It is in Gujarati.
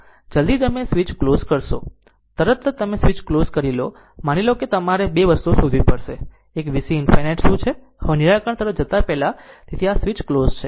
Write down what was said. હવે જલદી તમે તે સ્વીચ ક્લોઝ કરશો તરત જ તમે સ્વીચ ક્લોઝ કરી લો અને માનો કે તમારે 2 વસ્તુઓ શોધવી પડશે એક એ છે કે VC ∞ શું છે હવે નિરાકરણ તરફ જતા પહેલા તેથી આ સ્વીચ ક્લોઝ છે